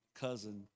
cousin